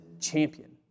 champion